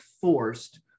forced